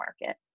market